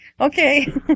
Okay